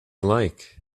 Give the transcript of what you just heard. like